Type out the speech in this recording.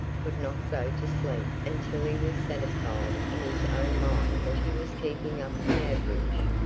could not go to sleep until he was satisfied in his own mind that he was keeping up the average.